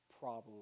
problem